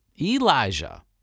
Elijah